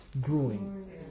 growing